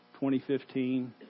2015